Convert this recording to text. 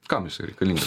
kam jisai reikalingas